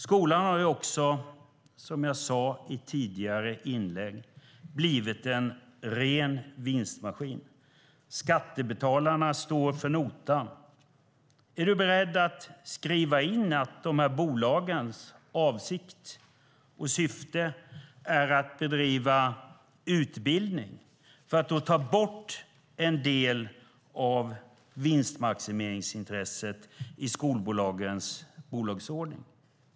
Skolan har också, som jag sade i ett tidigare inlägg, blivit en ren vinstmaskin. Skattebetalarna står för notan. Är du beredd att skriva in att dessa bolags avsikt och syfte är att bedriva utbildning för att då ta bort en del av vinstmaximeringsintresset i skolbolagens bolagsordning?